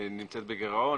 נמצאת בגירעון?